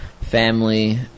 family